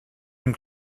dem